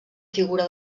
figura